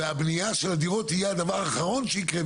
והבנייה של הדירות תהיה הדבר האחרון שיקרה,